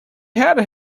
had